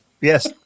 yes